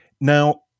Now